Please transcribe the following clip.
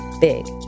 big